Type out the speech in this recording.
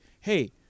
hey